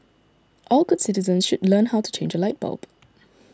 all good citizens should learn how to change a light bulb